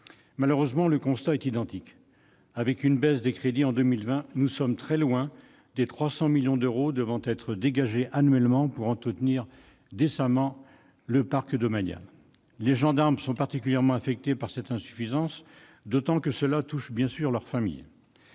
malheureusement identique : avec une baisse des crédits en 2020, nous sommes très loin des 300 millions d'euros devant être dégagés annuellement pour entretenir décemment le parc domanial. Les gendarmes sont particulièrement affectés par cette insuffisance qui touche, bien sûr, leurs familles.